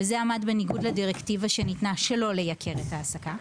וזה עמד בניגוד לדירקטיבה שניתנה שלא לייקר את העסקה.